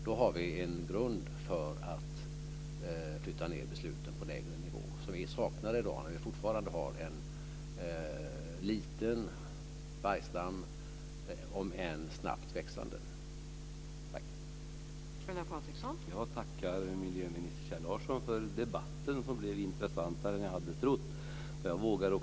Då har vi en grund för att flytta ned besluten på lägre nivå som vi saknar i dag, när vi fortfarande har en liten - om än snabbt växande - vargstam.